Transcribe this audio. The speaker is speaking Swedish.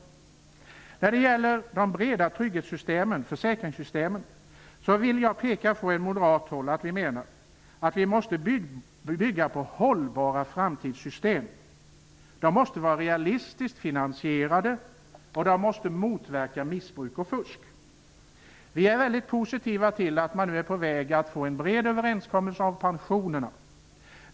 Från moderat håll menar vi att de breda trygghetssystemen -- försäkringssystemen -- måste bygga på hållbara framtidssystem. De måste vara realistiskt finansierade och motverka missbruk och fusk. Vi är positiva till att vi nu är på väg att få en bred överenskommelse om pensionerna.